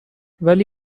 ولی